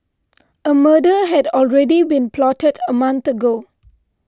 a murder had already been plotted a month ago